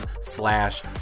slash